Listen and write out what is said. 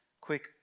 Quick